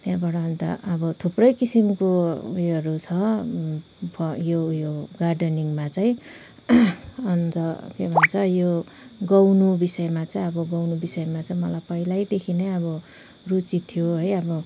त्यहाँबाट अन्त अब थुप्रै किसिमको उयोहरू छ फ यो यो गार्डनिङमा चाहिँ अन्त के भन्छ यो गाउनु विषयमा चाहिँ अब गाउनु विषयमा चाहिँ मलाई पहिलैदेखि नै अब रुचि थियो है आफ्नो